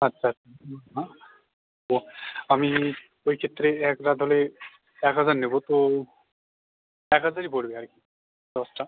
আচ্ছা হুম হুম তো আমি ওই চিত্রে এক রাত হলে এক হাজার নেব তো এক হাজারই পড়বে আর কি দশটা